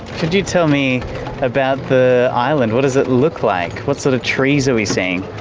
could you tell me about the island? what does it look like? what sort of trees are we seeing?